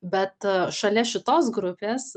bet šalia šitos grupės